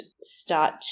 start